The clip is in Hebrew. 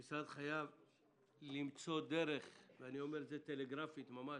המשרד חייב למצוא דרך ואני אומר את זה טלגרפית ממש,